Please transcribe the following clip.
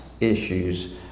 issues